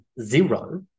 zero